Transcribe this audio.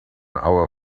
our